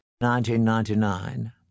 1999